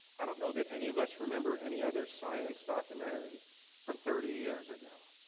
i don't know that any of us remember any other science documentary from thirty years ago.